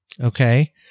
okay